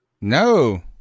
No